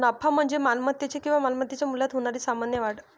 नफा म्हणजे मालमत्तेच्या किंवा मालमत्तेच्या मूल्यात होणारी सामान्य वाढ